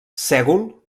sègol